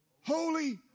holy